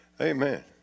Amen